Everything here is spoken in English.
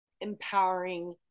empowering